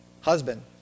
Husband